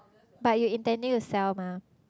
but you intending to sell mah